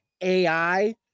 AI